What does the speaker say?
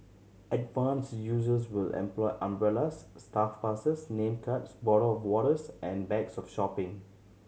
advanced users will employ umbrellas staff passes name cards bottle of waters and bags of shopping